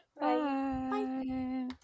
Bye